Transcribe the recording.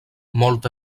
molta